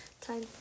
time